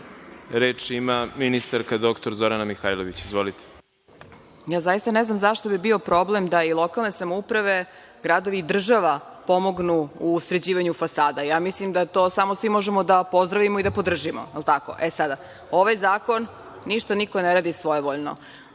ima ministarka dr Zorana Mihajlović. Izvolite. **Zorana Mihajlović** Ja zaista ne znam zašto bi bio problem da i lokalne samouprave, gradovi i država pomognu u sređivanju fasada. Ja mislim da to samo svi možemo da pozdravimo i da podržimo. Da li je tako? Ovaj zakon, ništa niko ne radi svojevoljno.